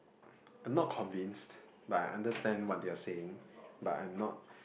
not convinced but understand what do you saying but I'm not